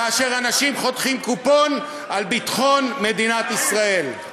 כאשר אנשים חותכים קופון על ביטחון מדינת ישראל.